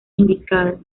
indicado